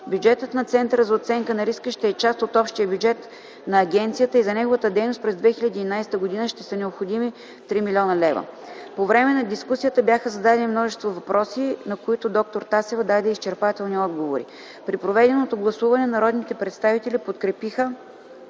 Бюджетът на Центъра за оценка на риска ще е част от общия бюджет на агенцията и за неговата дейност през 2011 г. ще са необходими 3 млн. лв. По време на дискусията бяха зададени множество въпроси, на които д-р Тасева даде изчерпателни отговори. При проведеното гласуване народните представители подкрепиха